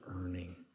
earning